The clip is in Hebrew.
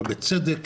ובצדק,